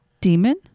Demon